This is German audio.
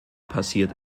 passiert